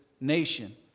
nation